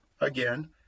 again